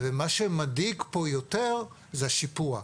ומה שמדאיג פה יותר זה השיפוע.